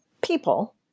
people